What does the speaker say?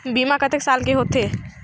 बीमा कतेक साल के होथे?